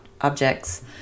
objects